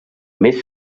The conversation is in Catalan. més